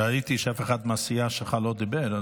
ראיתי שאף אחד מהסיעה שלך לא דיבר.